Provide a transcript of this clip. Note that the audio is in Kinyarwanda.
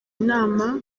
inama